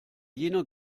jener